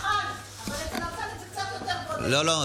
נכון, אבל אצל אמסלם זה קצת יותר בולט, לא, לא.